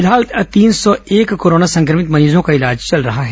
फिलहाल तीन सौ पंद्रह कोरोना संक्रमित मरीजों का इलाज चल रहा है